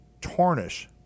tarnish